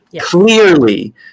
Clearly